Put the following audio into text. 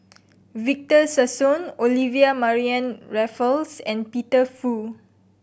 Victor Sassoon Olivia Mariamne Raffles and Peter Fu